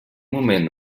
moment